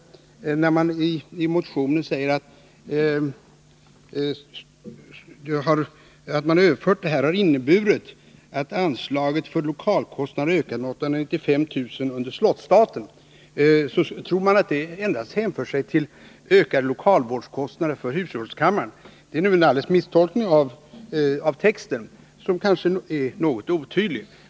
När man i motionen säger att detta har inneburit att anslaget för lokalkostnader har ökat med 895 000 kr. under slottsstaten, tror man att det endast hänför sig till ökade lokalvårdskostnader för husgerådskammaren. Det är en misstolkning av texten som kanske är något otydlig.